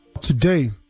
today